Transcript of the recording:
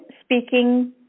speaking